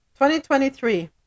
2023